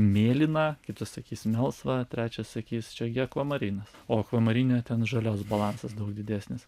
mėlyna kitas sakys melsva trečias sakys čia gi akvamarinas o akvamarine ten žalios balansas daug didesnis